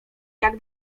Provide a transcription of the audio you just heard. jak